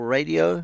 Radio